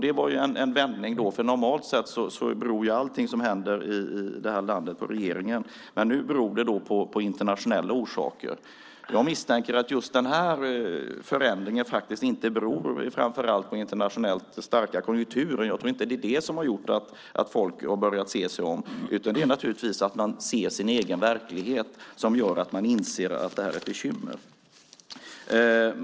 Det var ju en vändning, för normalt sett beror allting som händer i det här landet på regeringen. Men nu är det internationella orsaker. Jag misstänker att just den här förändringen faktiskt inte beror framför allt på den internationellt starka konjunkturen. Jag tror inte att det är det som har gjort att folk har börjat se sig om, utan det är naturligtvis på grund av att man ser sin egen verklighet som man inser att det är ett bekymmer.